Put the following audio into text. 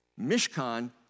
Mishkan